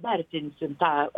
vertinsim tą